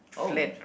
oh